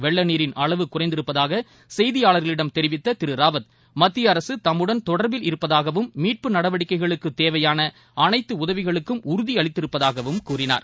வெள்ளநீரின் குறைந்திருப்பதாகசெய்தியாளர்களிடம் தெரிவித்ததிருராவத் அளவு மத்திய அரசுதம்முடன் தொடர்பில் மீட்பு இருப்பதாகவும் நடவடிக்கைகளுக்குதேவையானஅளைத்துஉதவிகளுக்கும் உறுதிஅளித்திருப்பதாகவும் கூறினார்